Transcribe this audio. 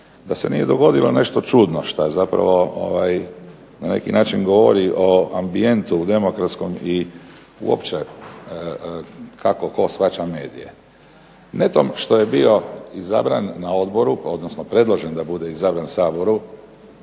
da se nije dogodilo nešto čudno šta zapravo na neki način govori o ambijentu u demokratskom i uopće kako tko shvaća medije. Netom što je bio izabran na odboru, odnosno predložen da bude izabran Saboru